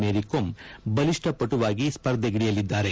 ಮೇರಿಕೋಮ್ ಬಲಿಷ್ಡ ಪಟುವಾಗಿ ಸ್ಸರ್ಧೆಗಿಳಿಯಲಿದ್ದಾರೆ